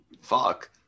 Fuck